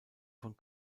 von